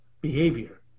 behavior